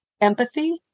empathy